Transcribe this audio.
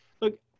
Look